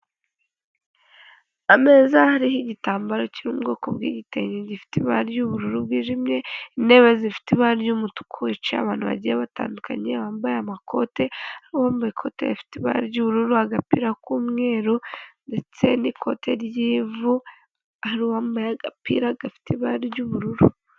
Ameza ariho igitambaro cyo mubwoko bw'igitenge gifite ibara ry'ubururu bwijimye, intebe zifite ibara ry'umutuku hicayeho abantu bagiye batandukanye bambaye amakote, hari uwambaye ikote rifite ibara ry'ubururu agapira k'umweru ndetse n'ikote ry'ivu, hari uwambaye agapira gafite ibara ry'ubururu.